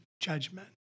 judgment